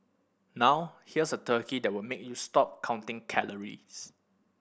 now here's a turkey that will make you stop counting calories